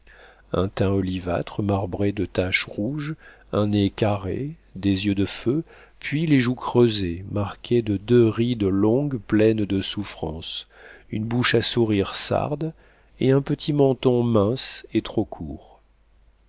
un teint olivâtre marbré de taches rouges un nez carré des yeux de feu puis les joues creusées marquées de deux rides longues pleines de souffrances une bouche à sourire sarde et un petit menton mince et trop court